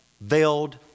veiled